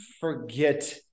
forget